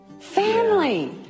Family